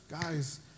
Guys